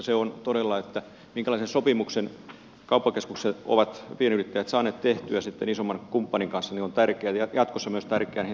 se on todella tärkeää minkälaisen sopimuksen kauppakeskukseen ovat pienyrittäjät saaneet tehtyä isomman kumppanin kanssa ja jatkossa on tärkeää myös niihin sopimuksiin viitata